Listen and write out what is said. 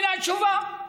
הינה התשובה.